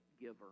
giver